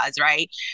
Right